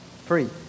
free